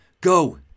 Go